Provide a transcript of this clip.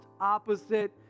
opposite